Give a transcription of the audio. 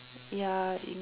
ya if